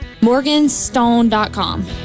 Morganstone.com